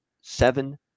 seven